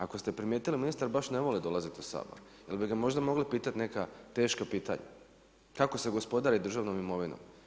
Ako ste primijetili ministar baš ne voli dolaziti u Sabor, jer bi ga možda mogli pitati neka teška pitanja kako se gospodari državnom imovinom.